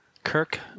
Kirk